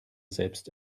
selbst